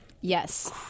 Yes